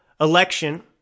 election